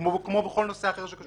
כמו בכל נושא אחר שקשור לבחירות.